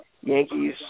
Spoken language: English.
Yankees